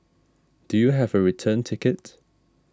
do you have a return ticket